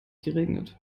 geregnet